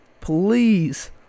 Please